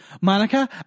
Monica